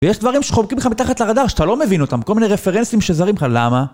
ויש דברים שחומקים לך מתחת לרדאר שאתה לא מבין אותם, כל מיני רפרנסים שזרים לך, למה?